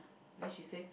then she say